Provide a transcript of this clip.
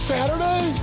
Saturday